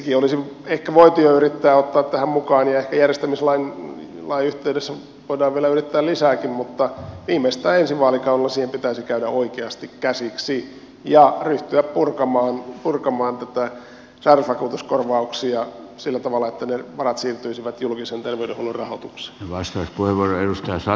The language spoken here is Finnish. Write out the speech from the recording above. sekin olisi ehkä voitu jo yrittää ottaa tähän mukaan ja ehkä järjestämislain yhteydessä voidaan vielä yrittää lisääkin mutta viimeistään ensi vaalikaudella siihen pitäisi käydä oikeasti käsiksi ja ryhtyä purkamaan sairausvakuutuskorvauksia sillä tavalla että ne varat siirtyisivät julkisen terveydenhuollon rahoitukseen